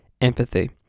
empathy